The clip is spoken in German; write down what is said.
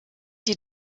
die